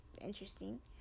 interesting